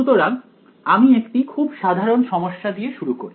সুতরাং আমি একটি খুব সাধারন সমস্যা দিয়ে শুরু করি